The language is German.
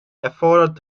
erfordert